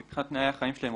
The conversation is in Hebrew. מבחינת תנאי החיים שלהן,